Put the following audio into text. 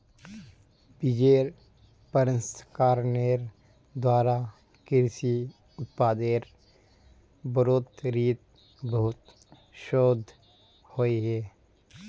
बिजेर प्रसंस्करनेर द्वारा कृषि उत्पादेर बढ़ोतरीत बहुत शोध होइए